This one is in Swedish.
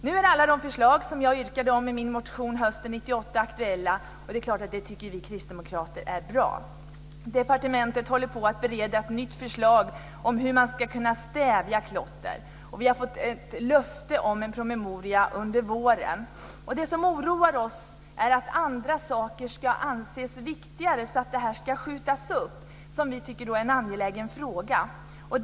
Nu är alla de förslag som jag yrkade om i min motion hösten 1998 aktuella, och det är klart att vi kristdemokrater tycker att det är bra. Departementet håller på att förbereda ett nytt förslag om hur man ska kunna stävja klotter, och vi har fått löfte om en promemoria under våren. Det som oroar oss är att det är andra saker som anses viktigare så att denna angelägna fråga skjuts upp.